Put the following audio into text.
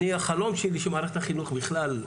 החלום שלי שמערכת החינוך בכלל,